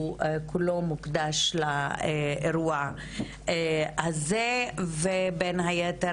שהוא כולו מוקדש לאירוע הזה ובין היתר